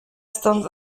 stąd